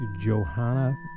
Johanna